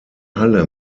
halle